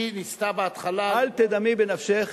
היא ניסתה בהתחלה, אל תדמי בנפשך,